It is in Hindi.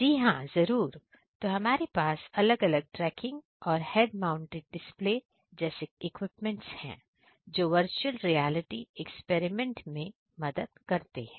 जी हां जरूर तो हमारे पास अलग अलग ट्रैकिंग और हेड माउंटेड डिस्पले जैसे इक्विपमेंट्स है जो वर्चुअल रियालिटी एक्सपेरिमेंट में मदद आते हैं